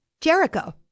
Jericho